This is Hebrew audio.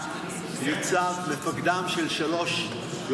הוא היה ניצב ומפקדם של שלוש מחוזות,